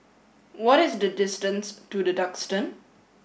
what is the distance to The Duxton